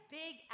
big